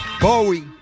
Bowie